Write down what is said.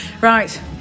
Right